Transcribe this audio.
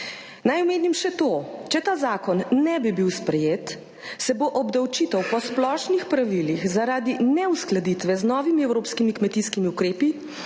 Naj omenim še to, če ta zakon ne bi bil sprejet, se bo obdavčitev po splošnih pravilih zaradi neuskladitve z novimi evropskimi kmetijskimi ukrepi